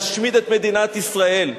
להשמיד את מדינת ישראל,